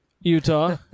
Utah